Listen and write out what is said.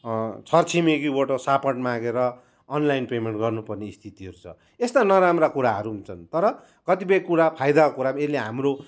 छरछिमेकीबाट सापट मागेर online payment गर्नुपर्ने स्थितिहरू छ यस्ता नराम्रा कुराहरू हुन्छन् तर कतिपय कुरा फाइदाको कुरा यसले हाम्रो